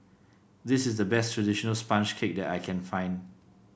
this is the best traditional sponge cake that I can find